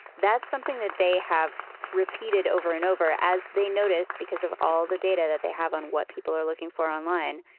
that's something that they have repeated over and over as they noticed because of all the data that they have on what people are looking for online.